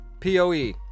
poe